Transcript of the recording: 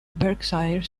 berkshire